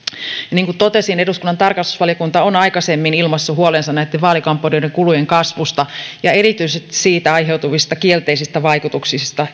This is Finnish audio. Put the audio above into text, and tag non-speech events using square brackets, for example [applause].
niin kuin totesin eduskunnan tarkastusvaliokunta on aikaisemmin ilmaissut huolensa näitten vaalikampanjoiden kulujen kasvusta ja erityisesti siitä aiheutuvista kielteisistä vaikutuksista [unintelligible]